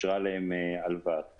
אושרה להם הלוואה.